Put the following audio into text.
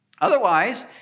Otherwise